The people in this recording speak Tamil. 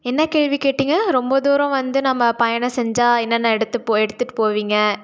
என்ன கேள்வி கேட்டிங்க ரொம்ப தூரம் வந்து நம்ம பயணம் செஞ்சா என்னென்ன எடுத்துப்போ எடுத்துகிட்டு போவீங்க